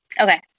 Okay